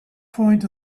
point